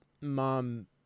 mom